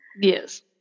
Yes